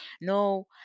No